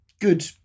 good